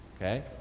okay